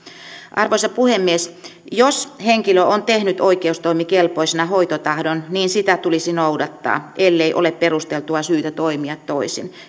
arvoisa puhemies jos henkilö on tehnyt oikeustoimikelpoisena hoitotahdon niin sitä tulisi noudattaa ellei ole perusteltua syytä toimia toisin